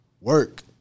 work